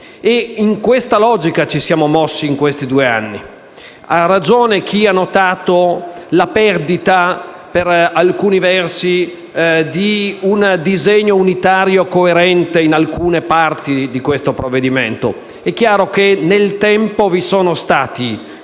in tale logica che ci siamo mossi in questi due anni. Ha ragione chi ha notato la perdita, per alcuni versi, di un disegno unitario coerente in alcune parti del provvedimento in esame. Chiaramente nel tempo vi sono stati